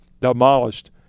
demolished